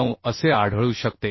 679 असे आढळू शकते